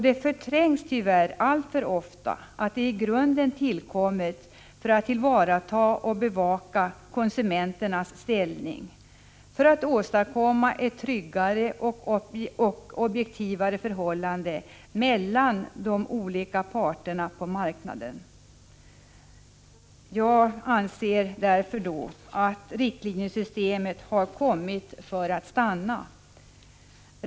Det förträngs tyvärr alltför ofta att de i grunden tillkommit för att tillvarata och bevaka konsumenternas ställning, för att åstadkomma ett tryggare och objektivare förhållande mellan de olika parterna på marknaden. Jag anser därför att riktlinjesystemet har kommit för att stanna.